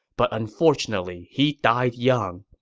but unfortunately he died young.